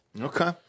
Okay